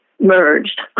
merged